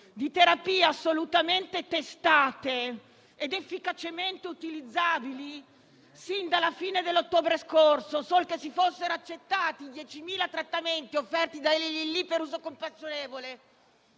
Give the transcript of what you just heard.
di terapie testate ed efficacemente utilizzabili sin dalla fine dell'ottobre scorso, solo che si fossero accettati i 10.000 trattamenti offerti da Eli Lilly per uso compassionevole,